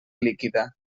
líquida